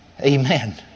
Amen